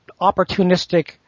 opportunistic